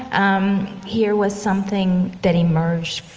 um, here was something, that emerged,